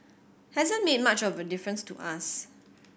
hasn't made much of a difference to us